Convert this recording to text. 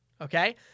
Okay